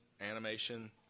animation